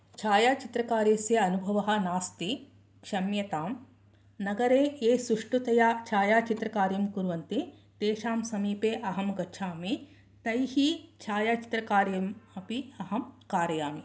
छायाचित्रकार्यस्य अनुभवः नास्ति क्षम्यतां नगरे ये सुष्टुतया छायाचित्रकार्यं कुर्वन्ति तेषां समीपे अहं गच्छामि तैः छायाचित्रकार्यम् अपि अहं कारयामि